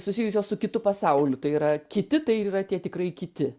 susijusios su kitu pasauliu tai yra kiti tai ir yra tie tikrai kiti